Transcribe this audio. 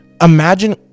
Imagine